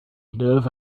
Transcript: nerve